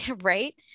Right